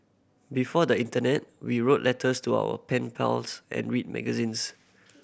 before the internet we wrote letters to our pen pals and read magazines